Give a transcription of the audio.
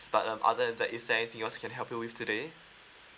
but um other than that is there anything else I can help you with today